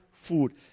Food